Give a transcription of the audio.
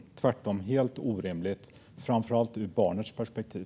Det är tvärtom helt orimligt, framför allt ur barnets perspektiv.